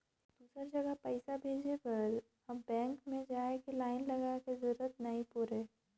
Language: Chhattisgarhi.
दुसर जघा पइसा भेजे बर अब बेंक में जाए के लाईन लगाए के जरूरत नइ पुरे